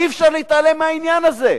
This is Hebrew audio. אי-אפשר להתעלם מהעניין הזה.